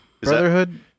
brotherhood